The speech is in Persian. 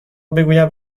بگویم